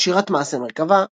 "שירת מעשה מרכבה".